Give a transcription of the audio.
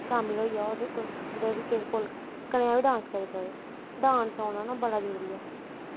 शामल होई जाओ ते तुस कुदै बी कनेहा बी डांस करी सकदे डांस औना ना बड़ा जरूरी ऐ